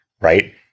right